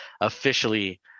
officially